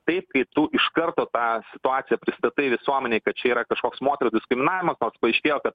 taip kaip tu iš karto tą situaciją pristatai visuomenei kad čia yra kažkoks moterų diskriminavimas toks kad paaiškėjo kad